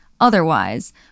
Otherwise